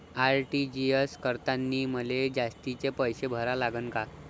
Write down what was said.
RTGS करतांनी मले जास्तीचे पैसे भरा लागन का?